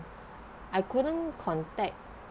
I couldn't contact